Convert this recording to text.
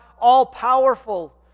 all-powerful